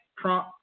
Trump